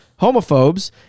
homophobes